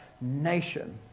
nation